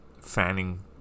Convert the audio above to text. fanning